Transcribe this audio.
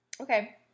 Okay